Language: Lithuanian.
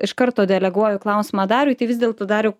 iš karto deleguoju klausimą dariui tai vis dėlto dariau